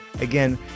again